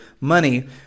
money